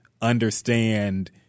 understand